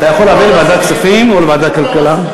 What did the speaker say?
אתה יכול להעביר לוועדת הכספים או לוועדת הכלכלה.